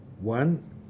one